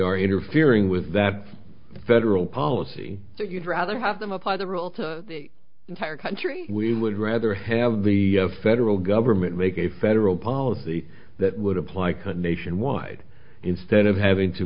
are interfering with that federal policy that you'd rather have them apply the rule to the entire country we would rather have the federal government make a federal policy that would apply cut nationwide instead of having to